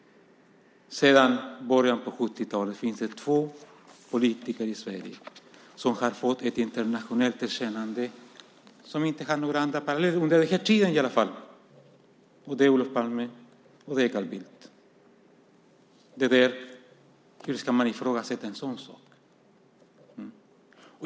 Sedan början av 70-talet finns det två politiker i Sverige som har fått ett internationellt erkännande - de har inte några paralleller under den tiden - och det är Olof Palme och Carl Bildt. Hur ska man ifrågasätta en sådan sak?